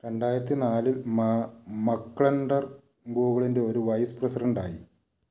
രണ്ടായിരത്തിനാലിൽ McClendon ഗൂഗിളിന്റെ ഒരു vice പ്രസിഡന്റായി